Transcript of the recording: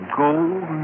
gold